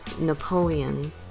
Napoleon